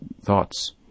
thoughts